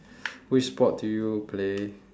which sport do you play